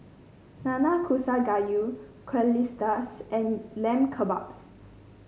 Nanakusa Gayu Quesadillas and Lamb Kebabs